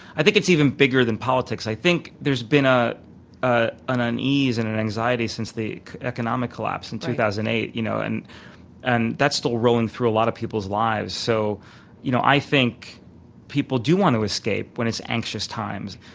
i think it's even bigger than politics. i think there's been ah ah an unease and an anxiety since the economic collapse in two thousand and eight you know and and that's still rolling through a lot of people's lives, so you know i think people do want to escape when it's anxious times.